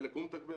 חלק הוא מתגבר.